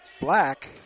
Black